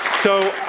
so,